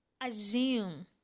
assume